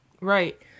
Right